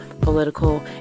political